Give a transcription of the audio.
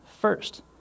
First